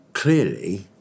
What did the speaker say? Clearly